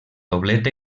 doblet